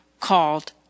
called